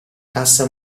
cassa